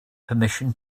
permission